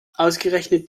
ausgerechnet